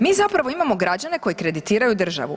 Mi zapravo imamo građane koji kreditiraju državu.